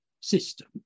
system